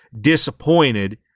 disappointed